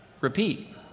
repeat